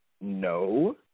No